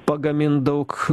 pagamint daug